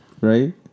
Right